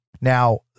Now